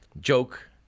joke